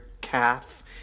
calf